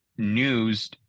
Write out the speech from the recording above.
news